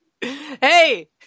Hey